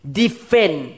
defend